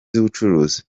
z’ubucuruzi